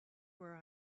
where